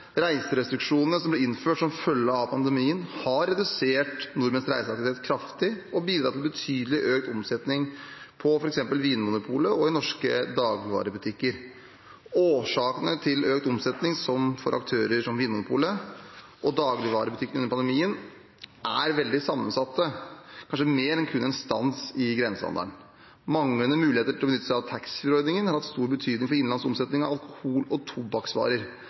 Reiserestriksjonene som ble innført som følge av pandemien, har redusert nordmenns reiseaktivitet kraftig og bidratt til betydelig økt omsetning på f.eks. Vinmonopolet og i norske dagligvarebutikker. Årsakene til økt omsetning for aktører som Vinmonopolet og dagligvarebutikkene under pandemien er veldig sammensatte – og flere enn kun en stans i grensehandelen. Manglende muligheter til å benytte seg at taxfree-ordningen har hatt stor betydning for innenlands omsetning av alkohol og tobakksvarer.